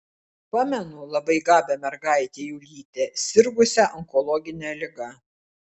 pamenu labai gabią mergaitę julytę sirgusią onkologine liga